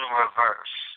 reverse